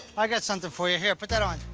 i got something for you. here, put that on.